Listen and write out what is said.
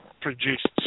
produced